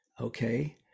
okay